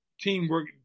teamwork